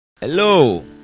hello